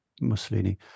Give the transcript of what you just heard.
Mussolini